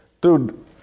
Dude